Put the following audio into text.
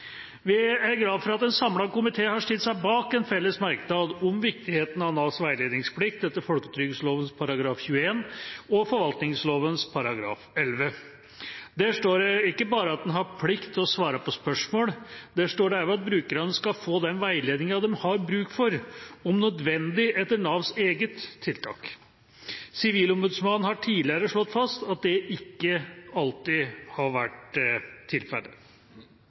Vi er glad for at en samlet komité har stilt seg bak en felles merknad om viktigheten av Navs veiledningsplikt etter folketrygdlovens § 21 og forvaltningslovens § 11. Der står det ikke bare at en har plikt til å svare på spørsmål, det står også at brukerne skal få den veiledningen de har bruk for, om nødvendig etter Navs eget tiltak. Sivilombudsmannen har tidligere slått fast at det ikke alltid har vært